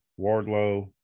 Wardlow